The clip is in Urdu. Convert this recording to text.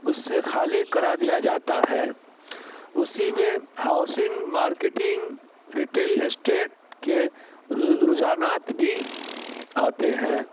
اس سے خالی کرا دیا جاتا ہے اسی میں ہاؤسنگ مارکیٹنگ ریٹیل اسٹیٹ کے رجحانات بھی آتے ہیں